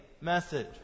message